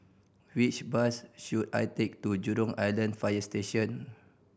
which bus should I take to Jurong Island Fire Station